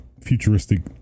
futuristic